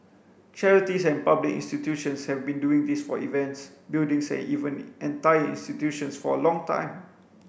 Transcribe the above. charities and public institutions have been doing this for events buildings and even entire institutions for a long time